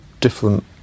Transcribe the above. different